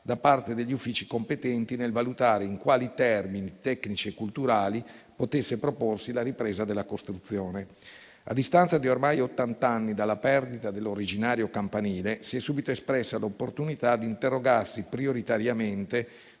da parte degli uffici competenti nel valutare in quali termini tecnici e culturali potesse proporsi la ripresa della costruzione. A distanza di ormai ottanta anni dalla perdita dell'originario campanile si è subito espressa l'opportunità di interrogarsi prioritariamente